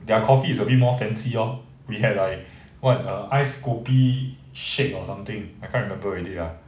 their coffee is a bit more fancy lor we had like what a ice kopi shake or something I can't remember already ah